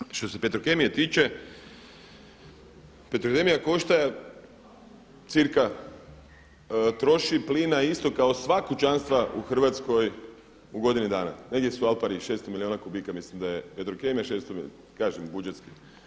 Kolega što se Petrokemije tiče, Petrokemija košta cirka troši plina isto kao sva kućanstva u Hrvatskoj u godini dana, negdje su al pari, 600 milijuna kubika mislim da je Petrokemija, 600 kažem budžetski.